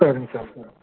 சரிங்க சார் சரி